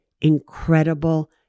incredible